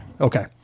Okay